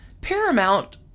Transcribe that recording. Paramount